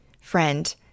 Friend